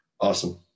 awesome